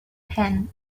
pen